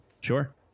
Sure